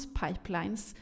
pipelines